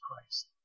Christ